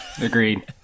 Agreed